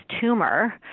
tumor